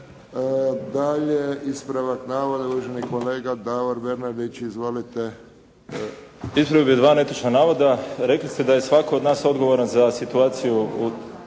Dalje ispravak navoda, uvaženi kolega Davor Bernardić. Izvolite. **Bernardić, Davor (SDP)** Ispravio bih dva netočna navoda. Rekli ste da je svatko od nas odgovoran za situaciju